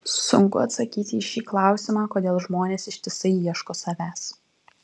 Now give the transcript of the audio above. sunku atsakyti į šį klausimą kodėl žmonės ištisai ieško savęs